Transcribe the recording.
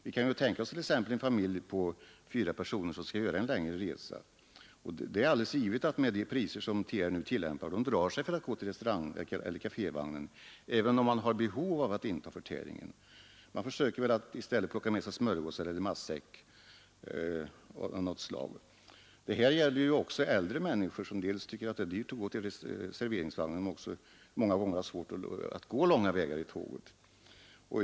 Vi kan tänka oss exempelvis en familj på fyra personer som skall göra en längre resa. Det är alldeles givet att med de priser som TR nu tillämpar drar sig en sådan familj för att gå till restaurangeller kafévagnen, även om man har behov av att inta förtäring. Man försöker väl i stället plocka med sig smörgåsar eller matsäck av något slag. Det här gäller ju också äldre människor som dels tycker att det är dyrt att äta i serveringsvagnen, dels många gånger har svårt att gå långa sträckor i tåget.